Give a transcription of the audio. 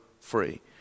free